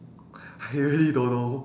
I really don't know